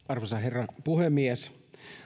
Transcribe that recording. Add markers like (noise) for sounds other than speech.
(unintelligible) arvoisa herra puhemies